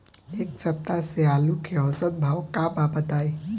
एक सप्ताह से आलू के औसत भाव का बा बताई?